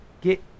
get